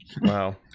wow